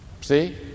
See